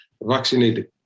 vaccinated